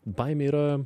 baimė yra